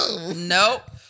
Nope